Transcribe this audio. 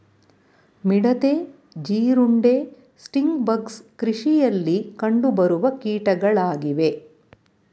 ಮಿಡತೆ, ಜೀರುಂಡೆ, sting bugs ಕೃಷಿಯಲ್ಲಿ ಕಂಡುಬರುವ ಕೀಟಗಳಾಗಿವೆ